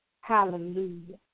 Hallelujah